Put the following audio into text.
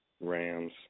Rams